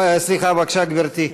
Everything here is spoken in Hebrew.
בבקשה, גברתי.